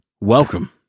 Welcome